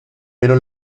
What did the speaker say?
pero